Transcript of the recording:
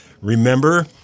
Remember